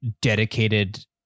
dedicated